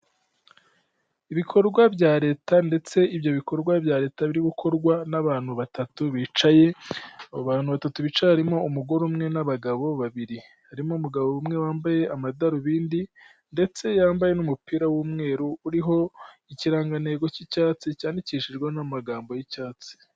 Ibikorwa bya leta ndetse ibyo bikorwa bya leta biri gukorwa n'abantu batatu bicaye, abo abantu batatu bicaye harimo umugore umwe n'abagabo babiri, harimo umugabo umwe wambaye amadarubindi ndetse yambaye n'umupira w'umweru uriho ikirangantego cy'icyatsi cyandikishijwe n'amagambo y'icyatsi.